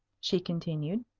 she continued.